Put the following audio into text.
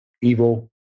evil